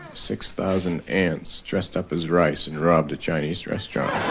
six thousand ants dressed up as rice and robbed a chinese restaurant